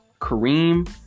Kareem